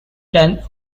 done